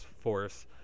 force